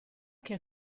che